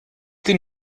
die